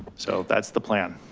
so that's the plan.